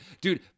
Dude